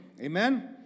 Amen